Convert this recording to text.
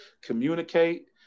communicate